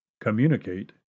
communicate